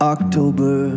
October